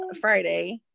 Friday